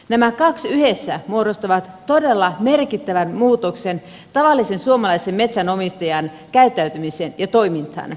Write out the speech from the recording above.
nämä kaksi yhdessä muodostavat todella merkittävän muutoksen tavallisen suomalaisen metsänomistajan käyttäytymiseen ja toimintaan